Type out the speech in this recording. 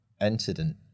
incident